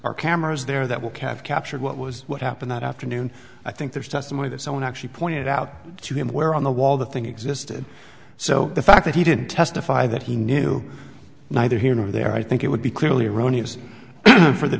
are cameras there that will catch capture what was what happened that afternoon i think there's testimony that someone actually pointed out to him where on the wall the thing existed so the fact that he didn't testify that he knew neither here nor there i think it would be clearly erroneous for the